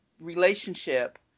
relationship